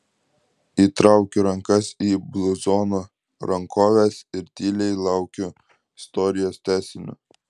įtraukiu rankas į bluzono rankoves ir tyliai laukiu istorijos tęsinio